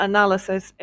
Analysis